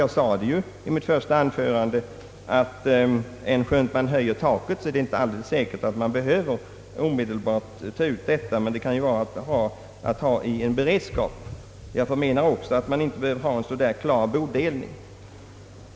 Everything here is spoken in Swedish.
Jag sade ju i mitt första anförande, att om man höjer taket är det inte alldeles säkert att man behöver omedelbart ta ut de avgifter som ryms därunder, men att det kan vara bra att ha en sådan möjlighet i beredskap. Jag menar också att det inte behöver göras en sådan där klar bodelning.